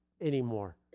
anymore